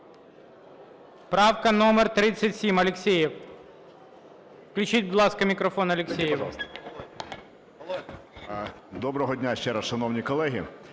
Доброго дня, шановні колеги.